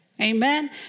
Amen